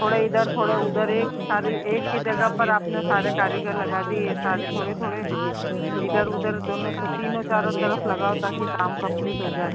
थोड़े इधर थोड़े उधर एक सारे एक ही जगह पर आपने सारे कारीगर लगा दिए सारे थोड़े थोड़े इधर उधर दोनों तो तीनों चारों तरफ लगाओ ताकि काम कम्पलीट हो जाए